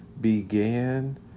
began